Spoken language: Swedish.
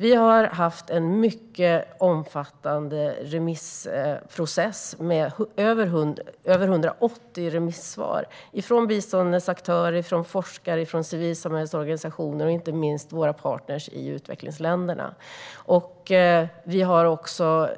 Vi har haft en mycket omfattande remissprocess med över 180 remisssvar från biståndets aktörer, forskare, civilsamhällets organisationer och inte minst våra partner i utvecklingsländerna. Vi har också